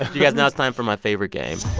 you guys, now it's time for my favorite game